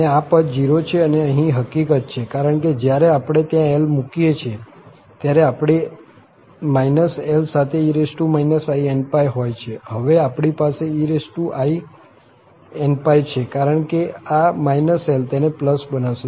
અને આ પદ 0 છે અને અહીં હકીકત છે કારણ કે જ્યારે આપણે ત્યાં l મૂકીએ છીએ ત્યારે આપણી l સાથે e inπ હોય છે હવે આપણી પાસે einπ છે કારણ કે આ l તેને બનાવશે